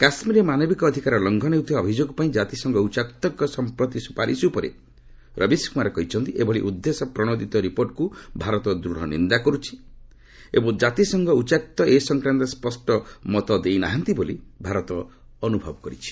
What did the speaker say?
କାଶ୍ମୀରରେ ମାନବିକ ଅଧିକାର ଲଂଘନ ହେଉଥିବା ଅଭିଯୋଗ ପାଇଁ ଜାତିସଂଘ ଉଚ୍ଚାୟୁକ୍ତଙ୍କ ସମ୍ପ୍ରତି ସୁପାରିଶ ଉପରେ ରବିଶ କୁମାର କହିଛନ୍ତି ଏଭଳି ଉଦ୍ଦେଶ୍ୟ ପ୍ରଶୋଦିତ ରିପୋର୍ଟକୁ ଭାରତ ଦୂଢ ନିନ୍ଦା କରୁଛି ଏବଂ ଜାତିସଂଘ ଉଚ୍ଚାୟୁକ୍ତ ଏ ସଂକ୍ରାନ୍ତରେ ସ୍ୱଷ୍ଟ ମତ ଦେଇନାହାନ୍ତି ବୋଲି ଭାରତ ଅନୁଭବ କରିଛି